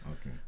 Okay